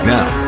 Now